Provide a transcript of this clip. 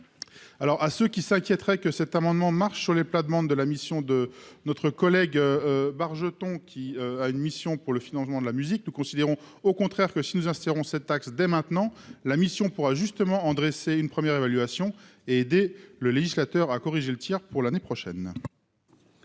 alors à ceux qui s'inquiéteraient que cet amendement marche sur les plates-bandes de la mission de notre collègue, bargeton, qui a une mission pour le financement de la musique nous considérons au contraire que si nous assisterons cette taxe dès maintenant la mission pourra justement en dresser une première évaluation et des le législateur a corrigé le Tir pour l'année prochaine.